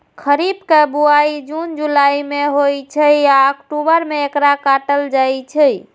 खरीफ के बुआई जुन जुलाई मे होइ छै आ अक्टूबर मे एकरा काटल जाइ छै